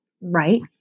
right